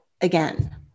again